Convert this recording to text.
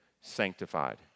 sanctified